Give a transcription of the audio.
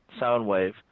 Soundwave